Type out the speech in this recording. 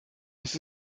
ist